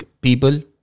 people